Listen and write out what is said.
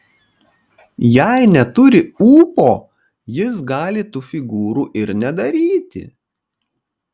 jei neturi ūpo jis gali tų figūrų ir nedaryti